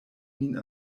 min